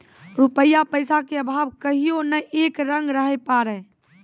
रूपया पैसा के भाव कहियो नै एक रंग रहै पारै